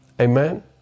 Amen